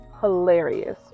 hilarious